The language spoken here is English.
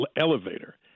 elevator